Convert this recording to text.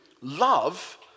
love